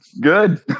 good